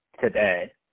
today